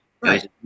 right